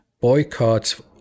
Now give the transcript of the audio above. Boycotts